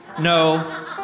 No